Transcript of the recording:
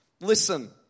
Listen